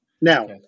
Now